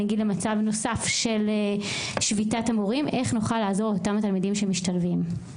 נגיע למצב נוסף של שביתת המורים נוכל לעזור לאותם תלמידים שמשתלבים.